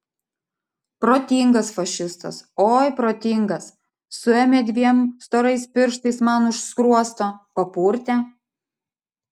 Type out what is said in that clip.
protingas fašistas oi protingas suėmė dviem storais pirštais man už skruosto papurtė